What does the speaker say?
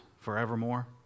forevermore